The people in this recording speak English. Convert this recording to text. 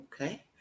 Okay